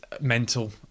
mental